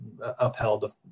upheld